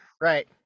right